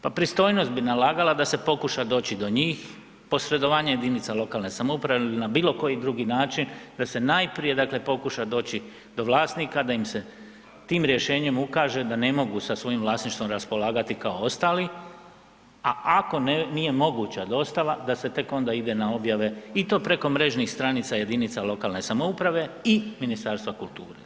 Pa pristojnost bi nalagala da se pokuša doći do njih, posredovanje jedinica lokalne samouprave ili na bilo koji drugi način da se najprije pokuša doći do vlasnika da im se tim rješenjem ukaže da ne mogu sa svojim vlasništvom raspolagati kao ostali, a ako nije moguća dostava da se tek onda ide na objave i to preko mrežnih stranica jedinica lokalne samouprave i Ministarstva kulture.